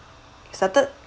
started